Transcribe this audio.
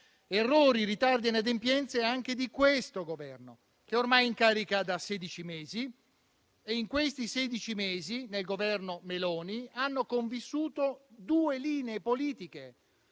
Errori, ritardi e adempienze anche di questo Governo che è ormai in carica da sedici mesi e in tale lasso di tempo nel Governo Meloni hanno convissuto due linee politiche